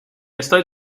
estoy